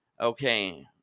Okay